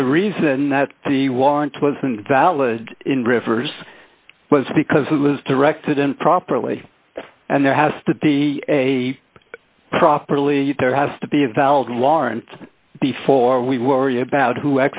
the reason that the warrant wasn't valid in rivers was because it was directed improperly and there has to be a properly there has to be a valid laurents before we worry about who